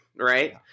right